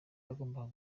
bagombaga